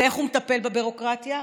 ואיך הוא מטפל בביורוקרטיה?